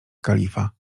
kalifa